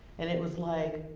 and it was like